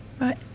Right